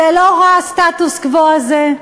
זה לא רע, הסטטוס קוו הזה.